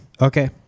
Okay